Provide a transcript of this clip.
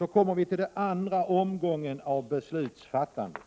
Vi kommer nu till den andra omgången av beslutsfattandet.